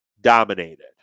dominated